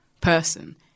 person